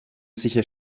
sicher